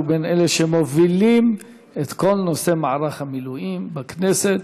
שהוא בין המובילים את כל נושא מערך המילואים בכנסת.